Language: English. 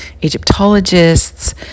egyptologists